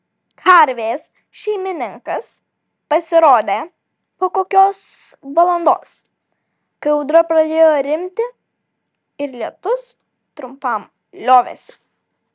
karvės šeimininkas pasirodė po kokios valandos kai audra pradėjo rimti ir lietus trumpam liovėsi